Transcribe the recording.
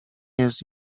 jest